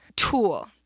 tool